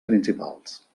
principals